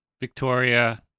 victoria